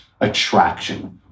attraction